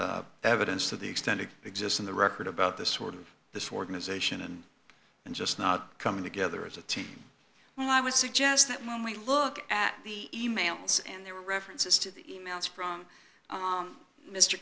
evidence to the extent it exists in the record about this sort of this organization and and just not coming together as a team and i would suggest that when we look at the emails and there are references to the emails from